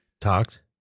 talked